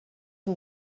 and